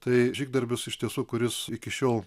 tai žygdarbis iš tiesų kuris iki šiol